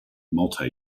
multi